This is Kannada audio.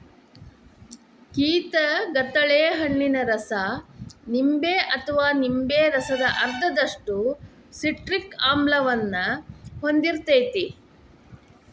ಕಿತಗತಳೆ ಹಣ್ಣಿನ ರಸ ನಿಂಬೆ ಅಥವಾ ನಿಂಬೆ ರಸದ ಅರ್ಧದಷ್ಟು ಸಿಟ್ರಿಕ್ ಆಮ್ಲವನ್ನ ಹೊಂದಿರ್ತೇತಿ